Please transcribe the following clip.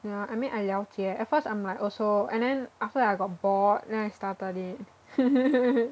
ya I mean I 了解 at first I'm like also and then after that I got bored then I started it